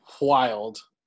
wild